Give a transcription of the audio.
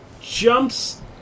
jumps